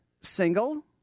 single